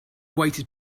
waited